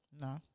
No